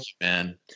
man